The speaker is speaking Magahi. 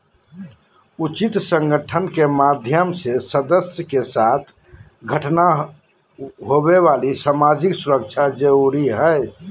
उचित संगठन के माध्यम से सदस्य के साथ घटना होवे वाली सामाजिक सुरक्षा जरुरी हइ